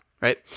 right